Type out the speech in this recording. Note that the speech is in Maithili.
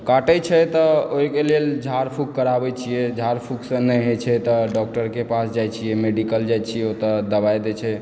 काटय छै तऽ ओहिके लेल झाड़फूँक कराबै छियै झाड़फूँकसँ नहि होइ छै तऽ डॉक्टरके पास जाइ छियै मेडिकल जाइ छी ओतऽ दबाइ दए छै